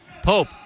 Pope